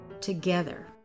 together